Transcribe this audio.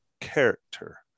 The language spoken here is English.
character